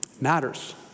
matters